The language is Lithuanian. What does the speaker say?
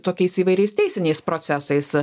tokiais įvairiais teisiniais procesais